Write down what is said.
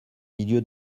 milieu